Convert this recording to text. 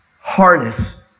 harness